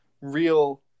real